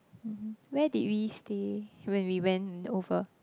mmhmm where did we stay when we went over